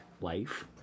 life